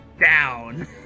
down